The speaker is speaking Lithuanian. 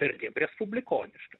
perdėm respublikoniškas